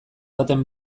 baten